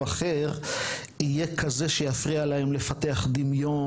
אחר יהיה כזה שיפריע להם לפתח דמיון,